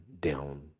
down